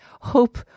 hope